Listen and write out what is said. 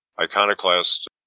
iconoclast